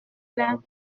plait